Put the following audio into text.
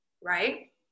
right